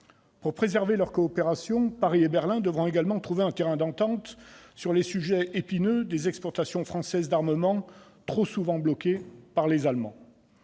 Pour préserver leur coopération, Paris et Berlin devront également trouver un terrain d'entente sur le sujet épineux des exportations françaises d'armements, trop souvent bloquées par les Allemands.